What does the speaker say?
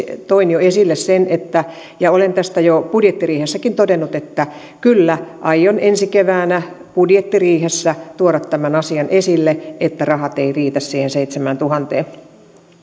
toin jo esille sen että ja olen tästä jo budjettiriihessäkin todennut kyllä aion ensi keväänä budjettiriihessä tuoda tämän asian esille että rahat eivät riitä siihen seitsemääntuhanteen